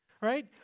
right